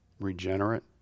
regenerate